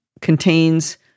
contains